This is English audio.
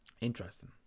interesting